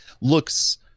looks